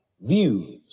views